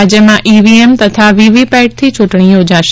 રાજ્યમાં ઈવીએમ તથા વીવીપેટથી ચૂંટણી યોજાશે